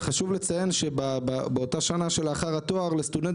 וחשוב לציין שבאותה שנה שלאחר התואר לסטודנט